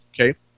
okay